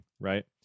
right